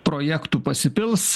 projektų pasipils